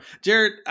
Jared